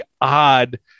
odd